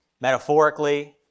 metaphorically